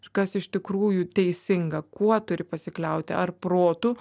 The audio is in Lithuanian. ir kas iš tikrųjų teisinga kuo turi pasikliauti ar protu